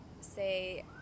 say